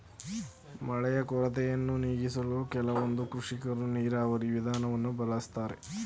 ಮಳೆಯ ಕೊರತೆಯನ್ನು ನೀಗಿಸಲು ಕೆಲವೊಂದು ಕೃಷಿಕರು ನೀರಾವರಿ ವಿಧಾನವನ್ನು ಬಳಸ್ತಾರೆ